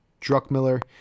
Druckmiller